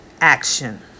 action